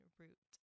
root